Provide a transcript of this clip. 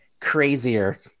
crazier